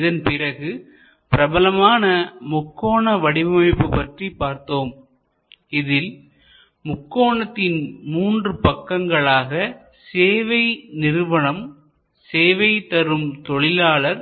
இதன்பிறகு பிரபலமான முக்கோண வடிவமைப்பு பற்றி பார்த்தோம் இதில் முக்கோணத்தின் மூன்று பக்கங்களாக சேவை நிறுவனம் சேவை தரும் தொழிலாளர்